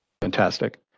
Fantastic